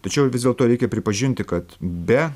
tačiau vis dėlto reikia pripažinti kad be